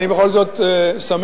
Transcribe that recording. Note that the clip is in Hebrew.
אני בכל זאת שמח,